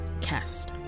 cast